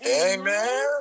Amen